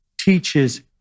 teaches